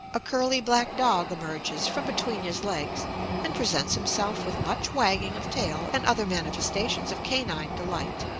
a curly black dog emerges from between his legs and presents himself with much wagging of tail and other manifestations of canine delight.